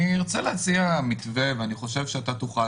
אני ארצה להציע מתווה ואני חושב שאתה תוכל